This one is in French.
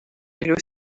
îlot